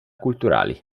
culturali